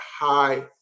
high